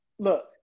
Look